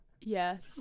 Yes